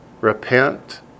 Repent